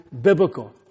biblical